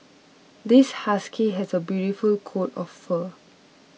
this husky has a beautiful coat of fur